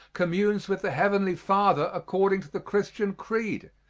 communes with the heavenly father according to the christian creed,